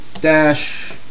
Dash